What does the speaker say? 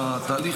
בתהליך,